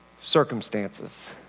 circumstances